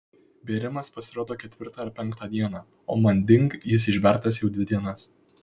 bėrimas pasirodo ketvirtą ar penktą dieną o manding jis išbertas jau dvi dienas